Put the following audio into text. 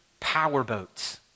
powerboats